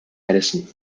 medicine